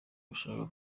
gushaka